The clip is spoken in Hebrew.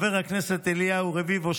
של חבר הכנסת אליהו רביבו,